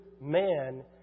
man